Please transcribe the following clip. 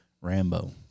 Rambo